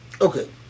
Okay